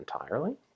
entirely